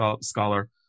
scholar